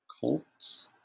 Colts